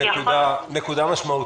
נקודה משמעותית.